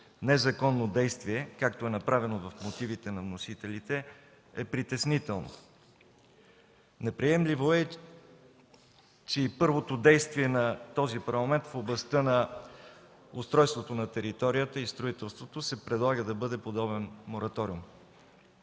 незаконно действие, както е направено в мотивите на вносителите, е притеснително. Неприемливо е, че и първото действие на този парламент в областта на устройството на територията и строителството се предлага подобен мораториум.